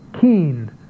keen